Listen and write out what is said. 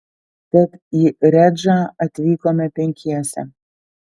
tad į redžą atvykome penkiese